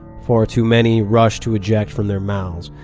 far too many rush to eject from their mouths,